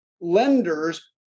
lenders